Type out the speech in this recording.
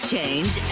change